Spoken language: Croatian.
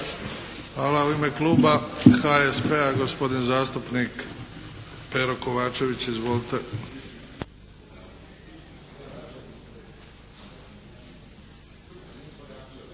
Hvala. U ime Kluba HSP-a gospodin zastupnik Pero Kovačević. Izvolite.